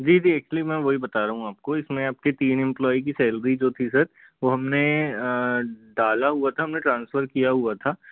जी जी एक्चुअली मैं वही बता रहा हूँ आपको इसमें आपके तीन एंप्लाॅय की सैलरी जो थी सर वो हमने डाला हुआ था हमने ट्रांसफर किया हुआ था